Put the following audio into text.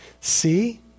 See